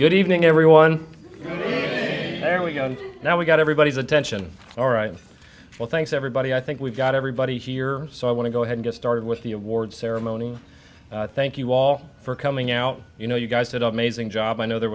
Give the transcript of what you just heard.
good evening everyone there we go now we got everybody's attention all right well thanks everybody i think we've got everybody here so i want to go ahead and get started with the award ceremony thank you all for coming out you know you guys did amazing job i know there